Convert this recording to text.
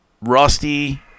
Rusty